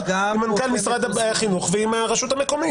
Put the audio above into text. עם מנכ"ל משרד החינוך ועם הרשות המקומית.